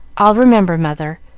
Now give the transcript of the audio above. i'll remember, mother.